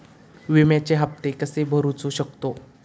विम्याचे हप्ते कसे भरूचो शकतो?